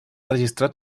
registrat